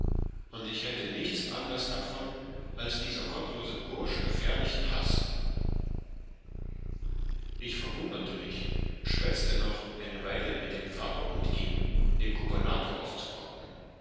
und ich hätte nichts anders davon als dieser gottlosen bursch gefährlichen haß ich verwunderte mich schwätzte noch eine weile mit dem pfarrer und gieng dem gubernator aufzuwarten